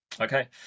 Okay